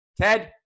Ted